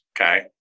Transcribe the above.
okay